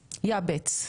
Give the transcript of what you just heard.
יעבץ.